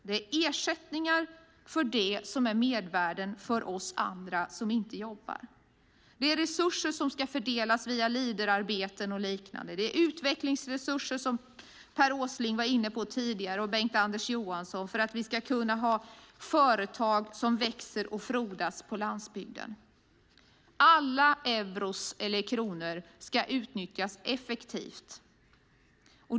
Det är ersättningar för det som är mervärden för oss andra som inte jobbar. Det är resurser som ska fördelas via leaderarbeten och liknande. Det är, som Per Åsling och Bengt-Anders Johansson var inne på, utvecklingsresurser för att vi ska kunna ha företag som växer och frodas på landsbygden. Alla euro eller kronor ska utnyttjas effektivt.